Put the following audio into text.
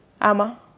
Ama